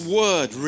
word